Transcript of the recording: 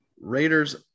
Raiders